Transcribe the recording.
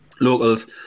Locals